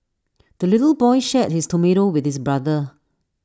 the little boy shared his tomato with his brother